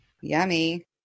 Yummy